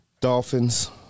Dolphins